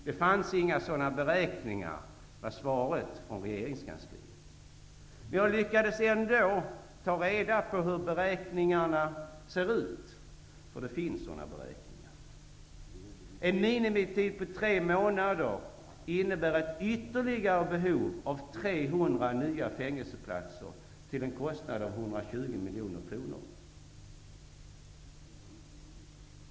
Det fanns inga sådana beräkningar där, var svaret från regeringskansliet. Jag lyckades ändå ta reda på hur sådana beräkningar ter sig. Det finns beräkningar. En minimitid på tre månader innebär ett ytterligare behov av 300 nya fängelseplatser till en kostnad av 120 miljoner kronor.